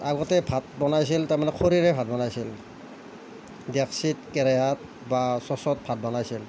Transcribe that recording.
আগতে ভাত বনাইছিল তাৰমানে খৰিৰে বনাইছিল ডেকচিত কেৰাহীত বা চচত ভাত বনাইছিল